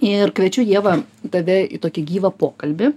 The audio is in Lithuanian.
ir kviečiu ievą tave į tokį gyvą pokalbį